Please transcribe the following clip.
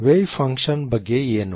wave function ಬಗ್ಗೆ ಏನು